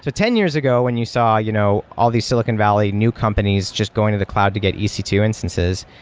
ten years ago when you saw you know all these silicon valley new companies just going to the cloud to get e c two instances,